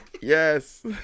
Yes